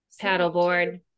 paddleboard